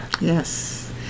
yes